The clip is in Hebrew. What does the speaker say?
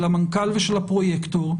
של המנכ"ל ושל הפרויקטור,